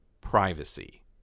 privacy